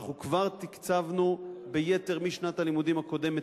אנחנו כבר תקצבנו ביתר משנת הלימודים הקודמת,